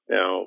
Now